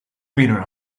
greener